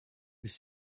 was